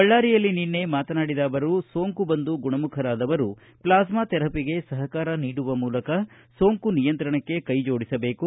ಬಳ್ಳಾರಿಯಲ್ಲಿ ನಿನ್ನೆ ಮಾತನಾಡಿದ ಅವರು ಸೋಂಕು ಬಂದು ಗುಣಮುಖರಾದವರು ಪ್ಲಾಸ್ನಾ ಥೆರಪಿಗೆ ಸಹಕಾರ ನೀಡುವ ಮೂಲಕ ಸೋಂಕು ನಿಯಂತ್ರಣಕ್ಕೆ ಕೈಜೋಡಸಬೇಕು